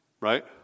right